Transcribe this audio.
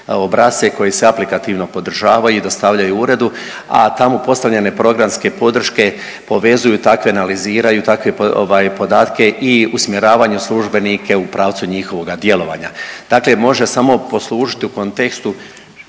koji se aplikativno podržavaju i dostavljaju uredu, a tamo postavljene programske podrške povezuju takve i analiziraju takve podatke i usmjeravanju službenike u pravcu njihovoga djelovanja. Dakle, može samo poslužiti u kontekstu